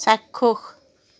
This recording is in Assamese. চাক্ষুষ